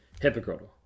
hypocritical